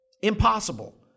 impossible